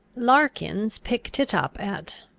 larking picked it up at.